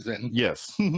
Yes